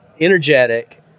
energetic